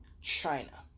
China